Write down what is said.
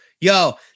yo